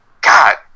God